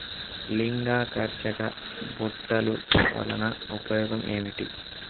లింగాకర్షక బుట్టలు వలన ఉపయోగం ఏమిటి?